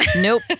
Nope